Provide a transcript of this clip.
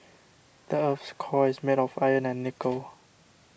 the earth's core is made of iron and nickel